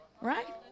right